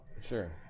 sure